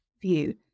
view